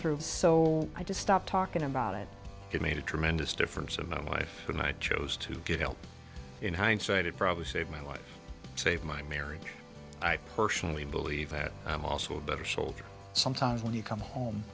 through so i just stopped talking about it it made a tremendous difference and known life when i chose to get help in hindsight it probably saved my life save my marriage i personally believe that i'm also a better soldier sometimes when you come home